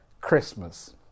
Christmas